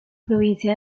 provincia